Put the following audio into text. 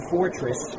Fortress